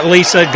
Lisa